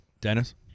Dennis